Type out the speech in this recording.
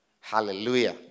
hallelujah